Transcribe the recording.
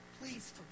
please